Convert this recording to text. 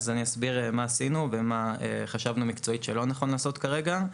אז אני אסביר מה עשינו ומה חשבנו מקצועית שלא נכון לעשות כרגע.